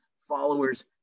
followers